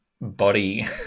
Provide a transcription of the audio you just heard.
body